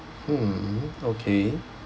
hmm okay